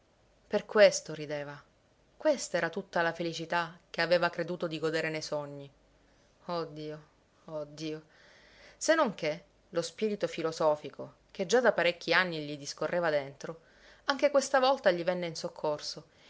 per questo rideva questa era tutta la felicità che aveva creduto di godere nei sogni oh dio oh dio se non che lo spirito filosofico che già da parecchi anni gli discorreva dentro anche questa volta gli venne in soccorso